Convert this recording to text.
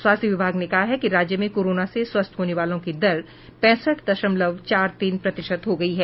स्वास्थ्य विभाग ने कहा है कि राज्य में कोरोना से स्वस्थ होने वालों की दर पैंसठ दशमलव चार तीन प्रतिशत हो गयी है